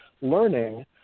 learning